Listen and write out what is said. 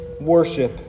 worship